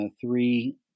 three